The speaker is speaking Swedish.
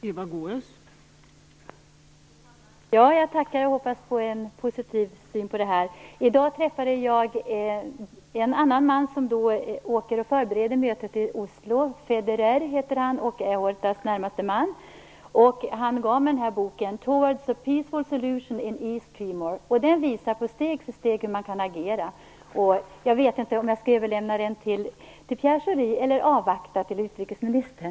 Fru talman! Jag tackar för det och hoppas på en positiv syn på detta. I dag träffade jag en man som skall förbereda mötet i Oslo. Han heter Federer och är Hortas närmaste man. Han gav mig boken Towards a peaceful Solution in East Timor, som steg för steg visar hur man kan agera. Jag vet inte om jag skall överlämna boken till Pierre Schori eller om jag skall avvakta och ge den till utrikesministern.